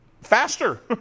Faster